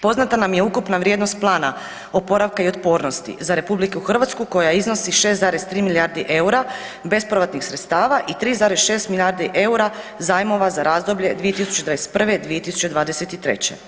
Poznata nam je ukupna vrijednost plana oporavka i otpornosti za RH koja iznosi 6,3 milijardi EUR-a bespovratnih sredstava i 3,6 milijardi EUR-a zajmova za razdoblje 2021.-2023.